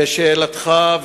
לשאלתך,